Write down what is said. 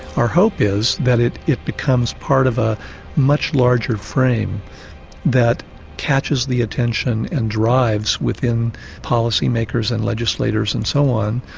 our hope is that it it becomes part of a much larger frame that catches the attention and drives within policy makers and legislators and so on,